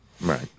Right